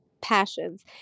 passions